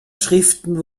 schriften